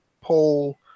poll